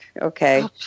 Okay